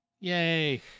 Yay